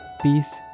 peace